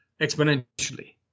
exponentially